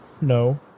No